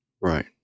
Right